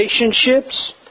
relationships